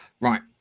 Right